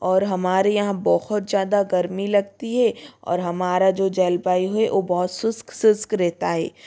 और हमारे यहाँ बहुत ज़्यादा गर्मी लगती है और हमारा जो जलवायु है वो बहुत शुष्क शुष्क रहता है